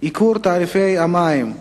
ייקור המים,